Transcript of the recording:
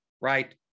right